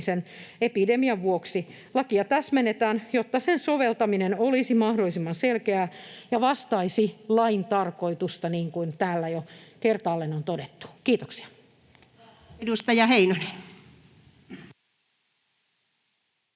epidemian vuoksi. Lakia täsmennetään, jotta sen soveltaminen olisi mahdollisimman selkeää ja vastaisi lain tarkoitusta, niin kuin täällä jo kertaalleen on todettu. — Kiitoksia. Edustaja Heinonen.